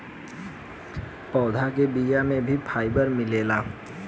पौधा के बिया में भी फाइबर मिलेला